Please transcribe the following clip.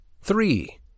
three